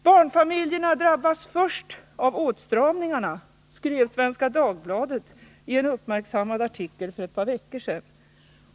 ”Barnfamiljerna drabbas först av åtstramningarna” skrev Svenska Dagbladet i en uppmärksammad artikel för ett par veckor sedan.